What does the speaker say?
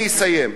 אני אסיים.